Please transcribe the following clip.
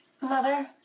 Mother